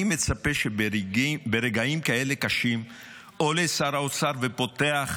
אני מצפה שברגעים כאלה קשים עולה שר האוצר ופותח